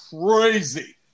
crazy